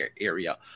area